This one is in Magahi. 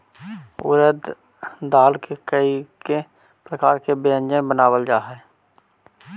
उड़द दाल से कईक प्रकार के व्यंजन बनावल जा हई